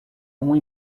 uma